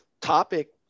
topic